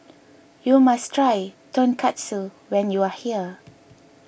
you must try Tonkatsu when you are here